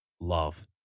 love